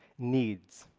needs.